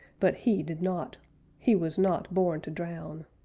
but he did not he was not born to drown.